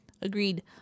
Agreed